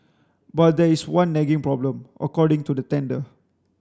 but there is one nagging problem according to the tender